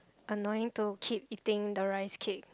annoying to keep eating the rice cake